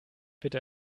bitte